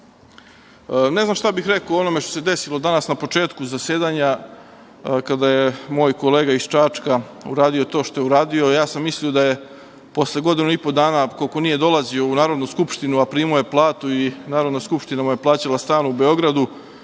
znam šta bih rekao o onome što se desilo danas na početku zasedanja, a kada je moj kolega iz Čačka uradio to što je uradio. Mislio sam da je posle godinu i po dana, koliko nije dolazio u Narodnu skupštinu, a primao je platu i Narodna skupština mu je plaćala stan u Beogradu…